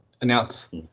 announce